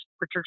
Richard